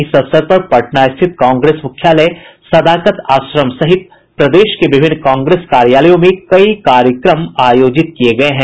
इस अवसर पर पटना स्थित कांग्रेस मुख्यालय सदाकत आश्रम सहित प्रदेश के विभिन्न कांग्रेस कार्यालयों में कई कार्यक्रम आयोजित किये गये हैं